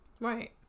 right